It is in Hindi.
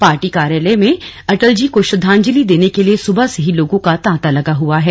पार्टी कार्यालय में अटल जी को श्रद्धांजलि देने के लिए सुबह से ही लोगों का तांता लगा हुआ है